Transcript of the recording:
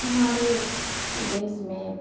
हमारे देश में